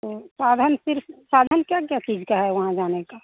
तो साधन सिर्फ साधन क्या क्या चीज़ के हैं वहाँ जाने का